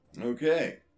Okay